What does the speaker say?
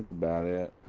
that it